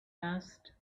asked